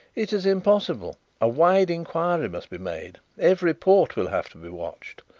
it is impossible. a wide inquiry must be made. every port will have to be watched.